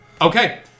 okay